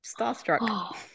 starstruck